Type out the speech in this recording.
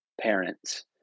parents